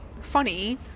funny